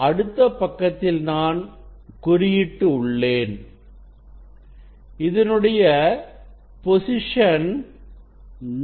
அடுத்த பக்கத்தில் நான் குறியீட்டு உள்ளேன் இதனுடைய பொசிஷன்103